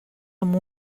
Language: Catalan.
amb